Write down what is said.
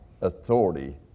authority